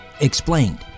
explained